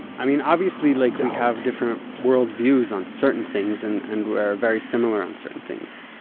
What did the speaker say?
i mean, obviously, like we have different worldviews on certain things, and and we're very similar on certain things.